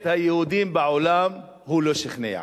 את היהודים בעולם הוא לא שכנע.